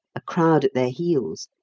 a crowd at their heels,